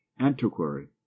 antiquary